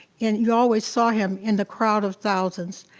you always saw him in the crowd of thousands.